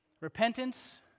Repentance